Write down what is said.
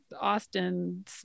Austin